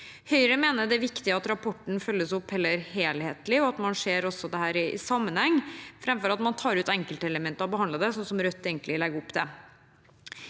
Høyre mener det er viktig at rapporten følges opp helhetlig, og at man ser dette i sammenheng, framfor at man tar ut enkeltelementer og behandler dem, sånn som Rødt egentlig